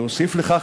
להוסיף לכך,